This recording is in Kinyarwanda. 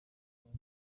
bane